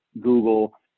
Google